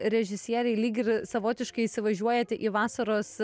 režisieriai lyg ir savotiškai įsivažiuojate į vasaros